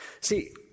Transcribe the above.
See